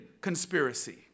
conspiracy